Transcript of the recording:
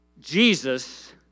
Jesus